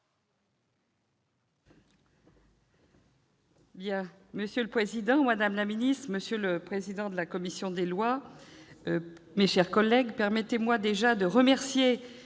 Monsieur le président, madame la ministre, monsieur le président de la commission des lois, mes chers collègues, permettez-moi de commencer